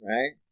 Right